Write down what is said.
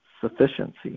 sufficiency